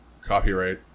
copyright